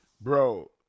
Bro